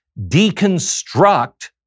deconstruct